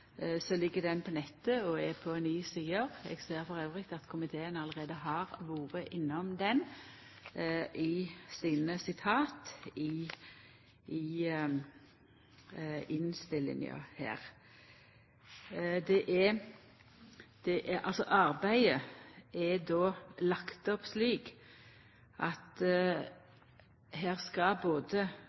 så ligg ho på nettet og er på ni sider. Eg ser at komiteen allereie har vore innom der, og henta sitat til innstillinga. Arbeidet er lagt opp slik at at her skal både